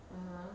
(uh huh)